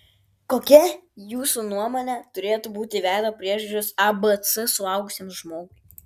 kokia jūsų nuomone turėtų būti veido priežiūros abc suaugusiam žmogui